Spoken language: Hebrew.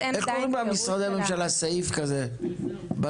איך קוראים במשרדי הממשלה לסעיף כזה בסוף?